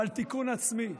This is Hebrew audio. אבל תיקון עצמי.